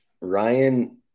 Ryan